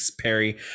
Perry